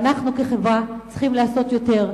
ואנחנו כחברה צריכים לעשות יותר.